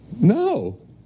No